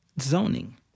zoning